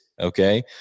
okay